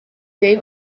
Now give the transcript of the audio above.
day